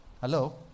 Hello